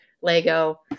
lego